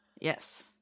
Yes